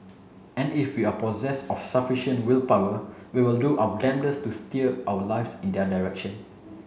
and if we are possessed of sufficient willpower we will do our damnedest to steer our lives in their direction